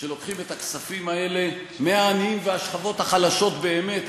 שלוקחים את הכספים האלה מהעניים והשכבות החלשות באמת,